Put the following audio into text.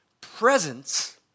Presence